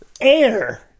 Air